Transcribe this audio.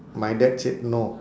my dad said no